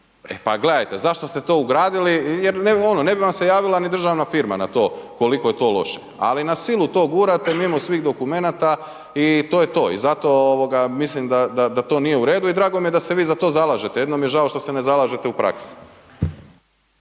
e pa gledajte, zašto ste to ugradili, jer ono ne bi vam se javila ni državna firma na to koliko je to loše, ali na silu to gurate mimo svih dokumenata i to je to i zato ovoga mislim da, da, da to nije u redu i drago mi je da se vi za to zalažete, jedino mi je žao što se ne zalažete u praksi.